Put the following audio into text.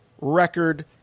Record